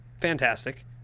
fantastic